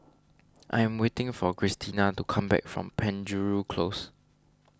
I am waiting for Cristina to come back from Penjuru Close